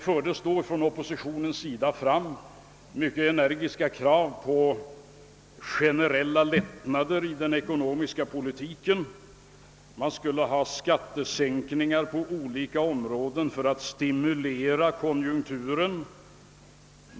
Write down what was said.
Från oppositionens sida framfördes mycket energiska krav på generella lättnader i den ekonomiska politiken. Man skulle ha skattesänkningar på olika områden för att stimulera konjunkturen.